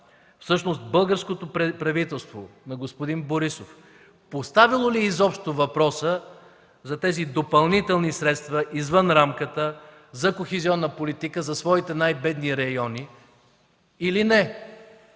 всъщност българското правителство на господин Борисов поставяло ли е изобщо въпроса за тези допълнителни средства извън рамката за кохезионна политика за своите най-бедни райони, или не?